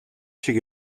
шиг